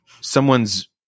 someone's